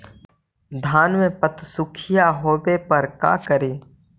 धान मे पत्सुखीया होबे पर का करि?